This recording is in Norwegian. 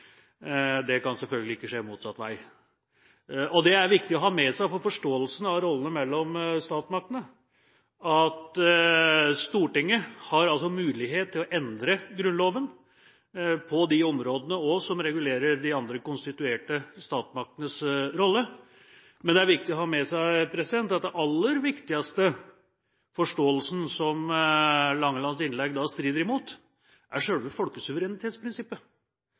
Det kan selvfølgelig ikke skje motsatt vei. Det er det viktig å ha med seg for forståelsen av rollene mellom statsmaktene, nemlig at Stortinget har mulighet til å endre Grunnloven på de områdene som også regulerer de andre konstituerte statsmaktenes rolle. Men det er viktig å ha med seg at den aller viktigste forståelsen som Langelands innlegg strider mot, er selve folkesuverenitetsprinsippet,